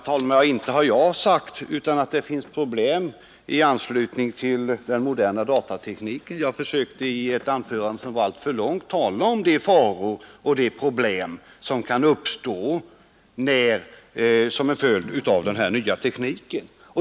Herr talman! Jag har inte sagt att det inte finns problem i anslutning till den moderna datatekniken. Jag försökte i ett anförande som var alltför långt tala om de faror och de problem som kan uppstå som en följd av den här nya tekniken.